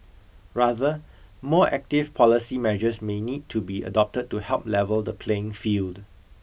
rather more active policy measures may need to be adopted to help level the playing field